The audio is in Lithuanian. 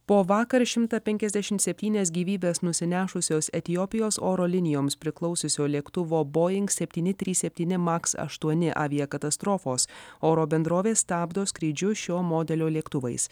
po vakar šimtą penkiasdešimt septynias gyvybes nusinešusios etiopijos oro linijoms priklausiusio lėktuvo boing septyni trys septyni maks aštuoni aviakatastrofos oro bendrovė stabdo skrydžius šio modelio lėktuvais